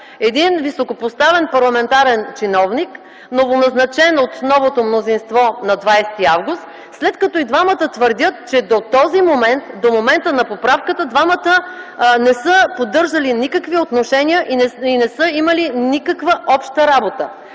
един високопоставен парламентарен чиновник, новоназначен от новото мнозинство на 20 август 2009 г., след като и двамата твърдят, че до момента на поправката не са поддържали никакви отношения и не са имали никаква обща работа.